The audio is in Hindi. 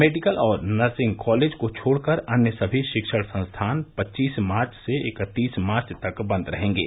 मेडिकल और नर्सिंग कॉलेज को छोड़कर अन्य समी शिक्षण संस्थान पच्चीस मार्च से इकत्तीस मार्च तक बंद रहेंगे